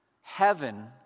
Heaven